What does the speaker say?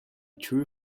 true